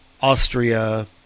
Austria